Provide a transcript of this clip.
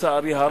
לצערי הרב.